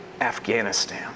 Afghanistan